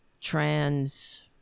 trans